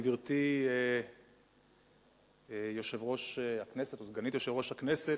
גברתי סגנית יושב-ראש הכנסת,